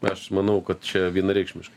aš manau kad čia vienareikšmišk